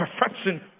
perfection